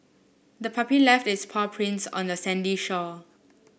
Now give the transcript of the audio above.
the puppy left its paw prints on the sandy shore